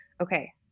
Okay